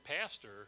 pastor